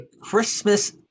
Christmas